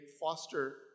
foster